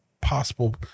possible